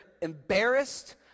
embarrassed